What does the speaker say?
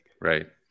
Right